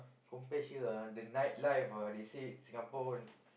compare here ah the nightlife ah they say Singapore one